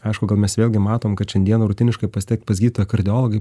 aišku mes vėlgi matom kad šiandieną rutiniškai pasitekt pas gydytoją kardiologą